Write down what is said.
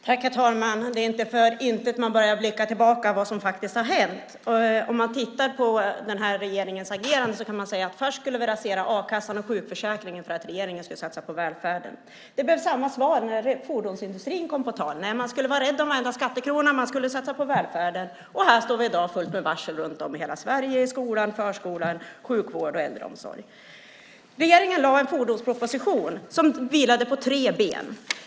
Herr talman! Det är inte för inte man börjar blicka tillbaka på vad som faktiskt har hänt. Om vi tittar på den här regeringens agerande kan man säga att först skulle vi rasera a-kassan och sjukförsäkringen för att regeringen skulle satsa på välfärden. Det blev samma svar när fordonsindustrin kom på tal. Man skulle vara rädd om varenda skattekrona. Man skulle satsa på välfärden. Och här står vi i dag med fullt med varsel runt om i hela Sverige, i skolan, förskolan, sjukvården och äldreomsorgen. Regeringen lade fram en fordonsproposition som vilade på tre ben.